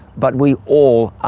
but we all